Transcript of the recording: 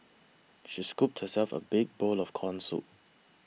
she scooped herself a big bowl of Corn Soup